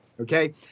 okay